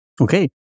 Okay